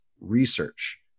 Research